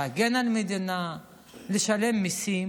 להגן על המדינה, לשלם מיסים.